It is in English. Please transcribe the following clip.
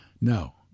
No